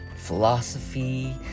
philosophy